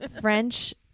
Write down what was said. French